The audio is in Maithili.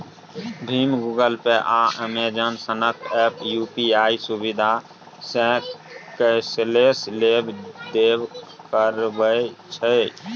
भीम, गुगल पे, आ अमेजन सनक एप्प यु.पी.आइ सुविधासँ कैशलेस लेब देब करबै छै